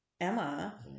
Emma